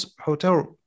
hotel